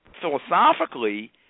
philosophically